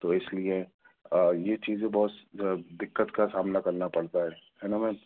تو اس لیے یہ چیزیں بہت جو ہے دقت کا سامنا کرنا پڑتا ہے ہے نہ میم